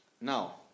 Now